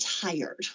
tired